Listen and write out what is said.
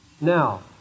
Now